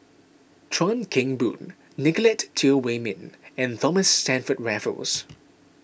Chuan Keng Boon Nicolette Teo Wei Min and Thomas Stamford Raffles